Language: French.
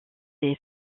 des